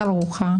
הוא לא יכול להגיע.